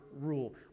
rule